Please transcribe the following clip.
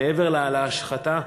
מעבר להשחתה,